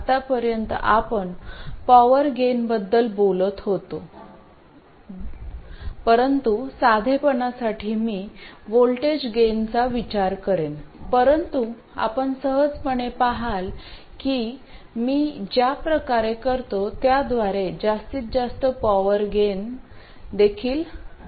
आतापर्यंत आपण पॉवर गेनबद्दल बोललो आहे परंतु साधेपणासाठी मी व्होल्टेज गेनचा विचार करेन परंतु आपण सहजपणे पहाल की मी ज्या प्रकारे करतो त्याद्वारे जास्तीत जास्त पॉवर देखील मिळते